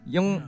Yung